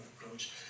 approach